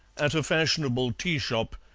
at a fashionable tea shop,